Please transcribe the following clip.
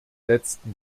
letzten